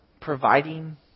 providing